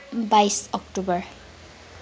बाइस अक्टोबर